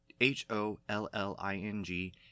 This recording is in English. H-O-L-L-I-N-G